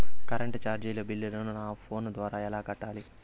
Current చార్జీల బిల్లును, నా ఫోను ద్వారా ఎలా కట్టాలి?